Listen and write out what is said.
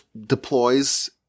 deploys